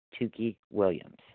Tukey-Williams